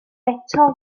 eto